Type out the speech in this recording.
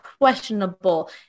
questionable